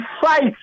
fight